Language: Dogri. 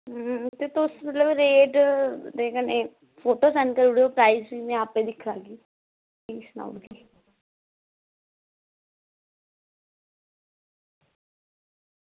हूं ते तुस मतलब रेट ते कन्नै फोटो सैंड करी ओड़ेओ प्राईस में आपें दिक्खी लैगी फ्ही सनाई ओड़गी